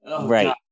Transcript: Right